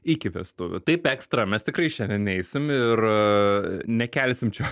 iki vestuvių taip ekstra mes tikrai šiandien neisim ir nekelsim čia